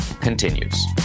continues